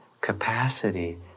capacity